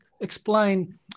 explain